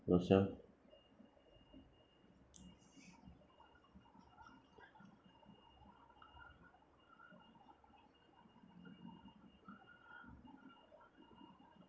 yourself